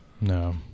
No